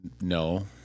No